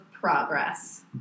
progress